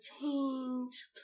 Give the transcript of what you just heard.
change